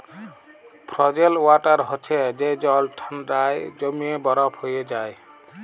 frozen water হছে যে জল ঠাল্ডায় জইমে বরফ হঁয়ে যায়